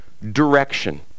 direction